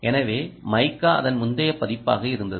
எனவேமைக்கா அதன் முந்தைய பதிப்பாக இருந்தது